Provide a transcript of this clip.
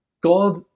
God